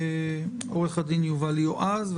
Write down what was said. עו"ד יובל יועז,